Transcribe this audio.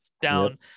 down